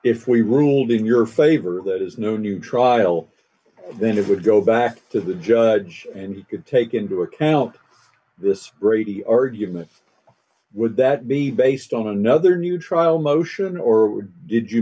were ruled in your favor that is no new trial then it would go back to the judge and you could take into account this brady argument would that be based on another new trial motion or did you